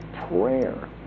prayer